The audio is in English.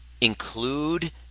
include